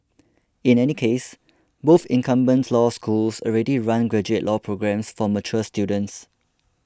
in any case both incumbent law schools already run graduate law programmes for mature students